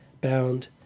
bound